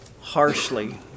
harshly